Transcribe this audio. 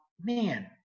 man